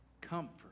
comfort